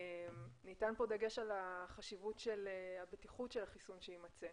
ניתן כאן דגש על החשיבות של הבטיחות של החיסון שיימצא.